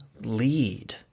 lead